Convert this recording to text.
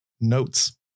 notes